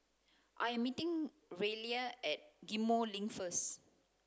I am meeting Ryleigh at Ghim Moh Link first